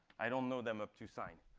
i don't know them up to sine.